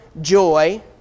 joy